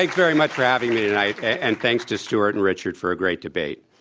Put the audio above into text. like very much for having me tonight, and thanks to stewart and richard for a great debate.